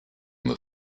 the